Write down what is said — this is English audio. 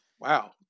Wow